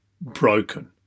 broken